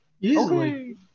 Easily